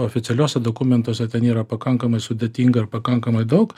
oficialiuose dokumentuose ten yra pakankamai sudėtinga ir pakankamai daug